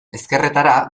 ezkerretara